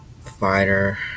fighter